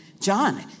John